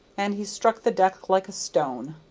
and he struck the deck like a stone.